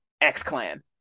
X-Clan